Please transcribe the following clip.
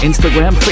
Instagram